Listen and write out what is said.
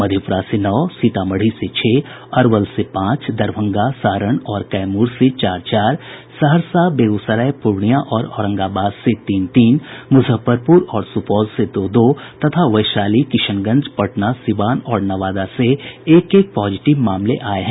मधेप्रा से नौ सीतामढ़ी से छह अरवल से पांच दरभंगा सारण और कैमूर से चार चार सहरसा बेगूसराय पूर्णियां और औरंगाबाद से तीन तीन मुजफ्फरपुर और सुपौल से दो दो तथा वैशाली किशनगंज पटना सीवान और नवादा से एक एक पॉजिटिव मामले आये हैं